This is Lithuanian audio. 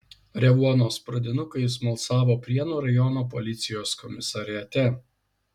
revuonos pradinukai smalsavo prienų rajono policijos komisariate